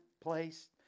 place